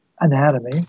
anatomy